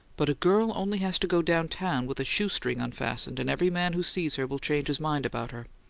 but a girl only has to go down-town with a shoe-string unfastened, and every man who sees her will change his mind about her.